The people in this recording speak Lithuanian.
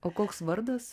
o koks vardas